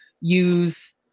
use